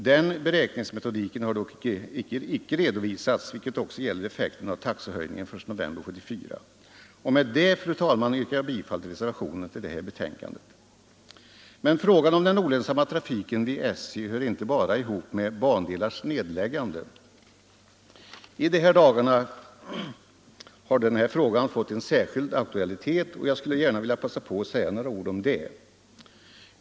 Den beräkningsmetodiken har dock icke redovisats, vilket också gäller effekten av taxehöjningen den I november 1974. Med detta, herr talman, yrkar jag bifall till reservationen vid betänkandet. Frågan om den olönsamma trafiken vid SJ hör inte bara ihop med bandelars nedläggande. I de här dagarna har denna fråga fått en särskild aktualitet och jag skulle gärna vilja passa på att säga några ord om detta.